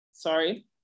Sorry